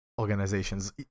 organizations